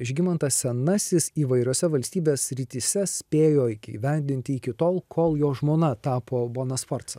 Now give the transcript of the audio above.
žygimantas senasis įvairiose valstybės srityse spėjo įgyvendinti iki tol kol jo žmona tapo bona sforca